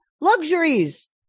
luxuries